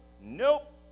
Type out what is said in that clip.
Nope